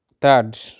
third